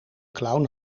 clown